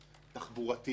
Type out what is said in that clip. תחבורתיים.